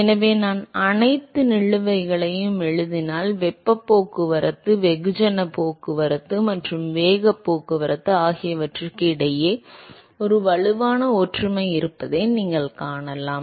எனவே நான் அனைத்து நிலுவைகளையும் எழுதினால் வெப்பப் போக்குவரத்து வெகுஜன போக்குவரத்து மற்றும் வேகப் போக்குவரத்து ஆகியவற்றுக்கு இடையே ஒரு வலுவான ஒற்றுமை இருப்பதை நீங்கள் காணலாம்